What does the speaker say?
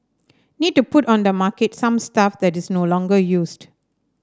need to put on the market some stuff that is no longer used